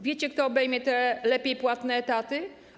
Wiecie, kto obejmie te lepiej płatne etaty?